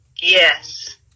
Yes